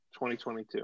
2022